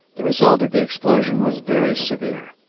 the result of the explosion was very severe.